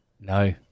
no